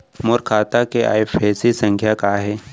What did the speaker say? मोर खाता के आई.एफ.एस.सी संख्या का हे?